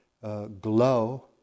glow